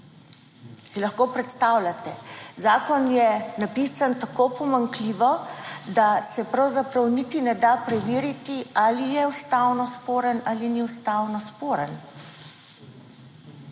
Si lahko predstavljate? Zakon je napisan tako pomanjkljivo, da se pravzaprav niti ne da preveriti ali je ustavno sporen ali ni ustavno sporen.